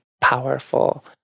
powerful